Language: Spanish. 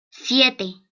siete